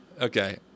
okay